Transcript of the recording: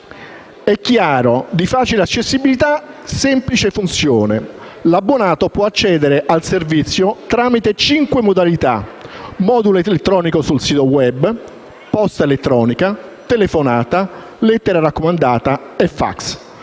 è chiaro, di facile accessibilità e di semplice funzionamento. L'abbonato può accedere al servizio tramite cinque modalità: modulo elettronico sul sito *web*, posta elettronica, telefonata, lettera raccomandata e fax.